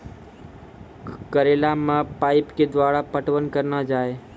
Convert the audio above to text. करेला मे पाइप के द्वारा पटवन करना जाए?